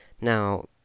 now